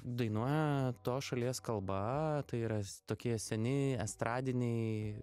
dainuoja tos šalies kalba tai yra tokie seni estradiniai